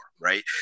right